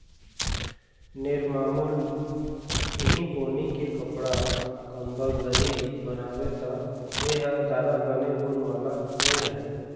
निरमामुल इहीं पोनी के कपड़ा, कंबल, दरी बनाबे त ए ह जादा बने गुन वाला नइ रहय